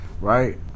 right